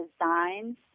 designs